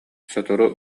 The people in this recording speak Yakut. сотору